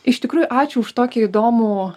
iš tikrųjų ačiū už tokį įdomų